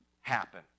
happen